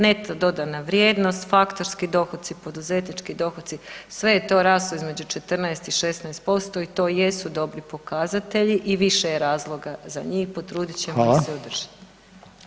Neto dodana vrijednost, faktorski dohodci, poduzetnički dohodci, sve je to raslo između 14 i 16% i to jesu dobri pokazatelji i više je razloga za njih, potrudit ćemo ih se održati.